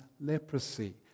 leprosy